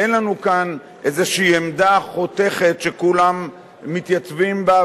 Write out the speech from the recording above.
אין לנו כאן איזו עמדה חותכת שכולם מתייצבים בה,